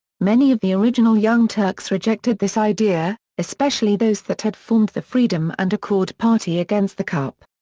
many of the original young turks rejected this idea, especially those that had formed the freedom and accord party against the cup.